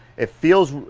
it feels,